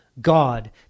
god